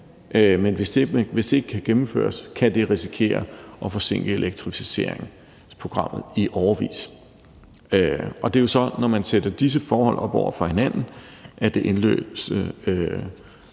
anden side ikke kan gennemføres, kan det risikere at forsinke elektrificeringsprogrammet i årevis. Det er jo så, når man sætter disse forhold op over for hinanden, at det indledende